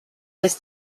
this